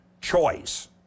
choice